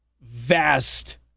vast